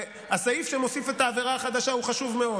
הסעיף שמוסיף את העבירה החדשה הוא חשוב מאוד,